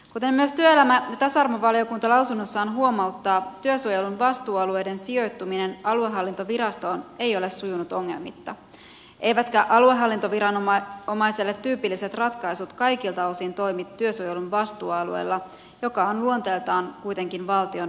kuten myös työelämä ja tasa arvovaliokunta lausunnossaan huomauttaa työsuojelun vastuualueiden sijoittuminen aluehallintovirastoon ei ole sujunut ongelmitta eivätkä aluehallintoviranomaiselle tyypilliset ratkaisut kaikilta osin toimi työsuojelun vastuualueella joka on luonteeltaan kuitenkin valtion paikallishallintoa